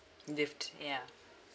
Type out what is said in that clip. deft ya